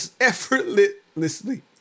effortlessly